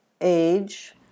age